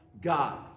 God